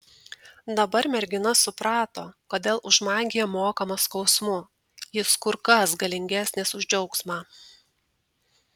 dabar mergina suprato kodėl už magiją mokama skausmu jis kur kas galingesnis už džiaugsmą